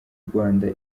rwanda